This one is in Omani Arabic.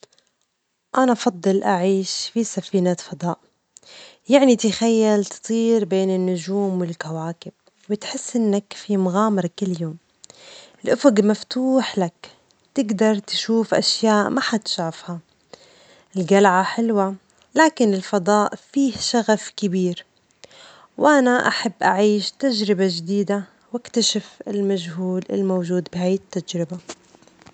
أنا أفضل أعيش في سفينة فضاء، يعني تخيل تصير بين النجوم والكواكب، بتحس إنك في مغامرة كل يوم، الأفج مفتوح لك، تجدر تشوف أشياء ما حد شافها، الجلعة حلوة لكن الفضاء فيه شغف كبير، وأنا أحب أعيش تجربة جديدة وأكتشف المجهول الموجود بهاي التجربة.